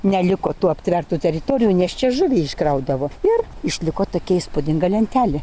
neliko tų aptvertų teritorijų nes čia žuvį iškraudavo ir išliko tokia įspūdinga lentelė